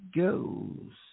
goes